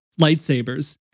lightsabers